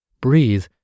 Breathe